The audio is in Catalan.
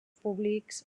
públics